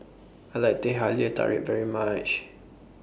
I like Teh Halia Tarik very much